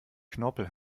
knorpel